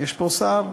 יש פה שר?